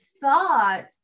thought